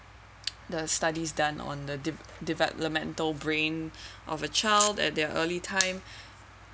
the studies done on the deve~ developmental brain of a child at their early time